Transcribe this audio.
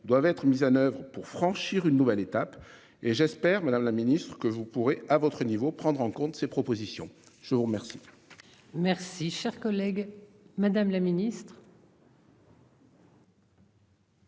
doivent être mises en oeuvre pour franchir une nouvelle étape et j'espère Madame la Ministre que vous pourrez à votre niveau, prendre en compte ces propositions, je vous remercie. Merci cher collègue. Madame la Ministre.